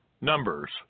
Numbers